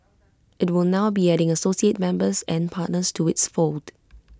IT will now be adding associate members and partners to its fold